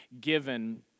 given